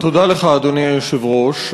תודה לך, אדוני היושב-ראש.